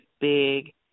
big